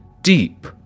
deep